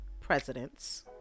presidents